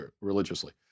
religiously